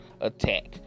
attack